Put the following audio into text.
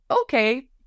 okay